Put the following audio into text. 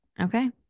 Okay